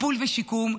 טיפול ושיקום,